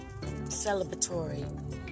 celebratory